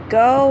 go